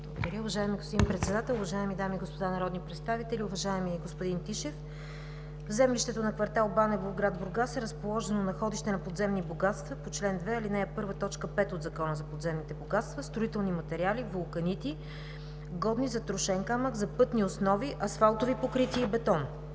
уважаеми господин Председател. Уважаеми дами и господа народни представители! Уважаеми господин Тишев, в землището на кв. „Банево“, град Бургас е разположено находище на подземни богатства по чл. 2, ал. 1, т. 5 от Закона за подземните богатства – строителни материали, вулканити, годни за трошен камък, за пътни основи, асфалтови покрития и бетон.